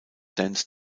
dance